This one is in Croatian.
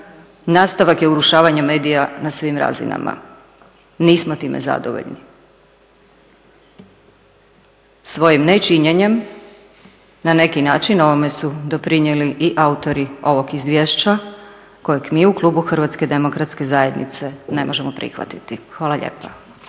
nastavak je urušavanja medija na svim razinama. Nismo time zadovoljni. Svojim nečinjenjem, na neki način ovome su doprinijeli i autori ovog izvješća kojeg mi u klubu HDZ-a ne možemo prihvatiti. Hvala lijepa.